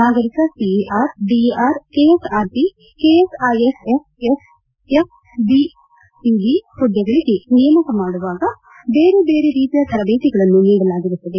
ನಾಗರಿಕ CAR DAR KSRP KSISF FBPI ಹುದ್ದೆಗಳಿಗೆ ನೇಮಕ ಮಾಡುವಾಗ ಬೇರೆ ಬೇರೆ ರೀತಿಯ ತರಬೇತಿಗಳನ್ನು ನೀಡಲಾಗಿರುತ್ತದೆ